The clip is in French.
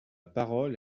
parole